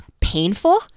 painful